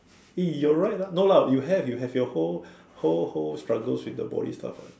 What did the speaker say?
eh you're right lah no lah you have you have your whole whole whole struggles with the body stuff ah